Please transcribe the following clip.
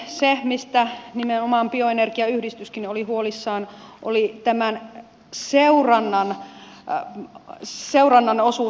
se mistä nimenomaan bioenergiayhdistyskin oli huolissaan oli tämän seurannan osuus